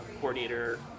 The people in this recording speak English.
coordinator